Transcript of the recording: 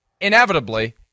inevitably